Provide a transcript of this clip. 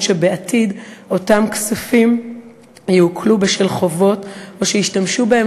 שבעתיד אותם כספים יעוקלו בשל חובות או שישתמשו בהם